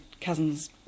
cousin's